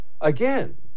again